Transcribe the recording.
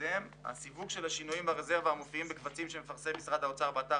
הסיווג של השינויים ברזרבה המופיעים בקבצים שמפרסם משרד האוצר באתר